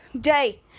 day